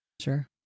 Sure